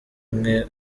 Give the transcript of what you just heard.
umwe